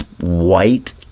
white